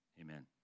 amen